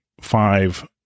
five